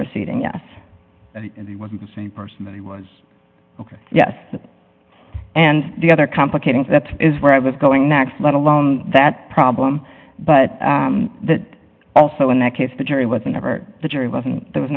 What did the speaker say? proceeding yes he was in the same person that he was ok yes and the other complicating that is where i was going next let alone that problem but that also in that case the jury was never the jury wasn't there was